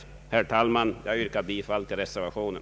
Jag yrkar, herr talman, bifall till reservationen.